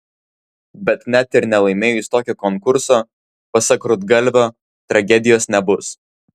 bet net ir nelaimėjus tokio konkurso pasak rudgalvio tragedijos nebus